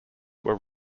were